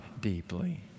deeply